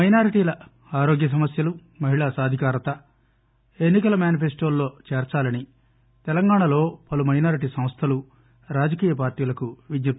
మైనారిటీల ఆరోగ్య సమస్యలు మహిళల సాధికారత ఎన్ని కల మేనిఫెస్లోల్లో చేర్సాలని తెలంగాణలో పలు మైనారిటీ సంస్థలు రాజకీయ పార్టీలను కోరారు